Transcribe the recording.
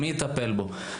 מי יטפל בו?